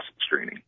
screening